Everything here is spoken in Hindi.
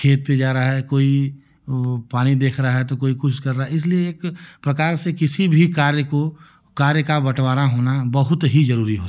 खेत पर जा रहा है कोई पानी देख रहा है तो कोई कुछ कर रहा है इसलिए एक प्रकार से किसी भी कार्य को कार्य का बंटवारा होना बहुत ही जरूरी होता है